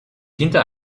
hinter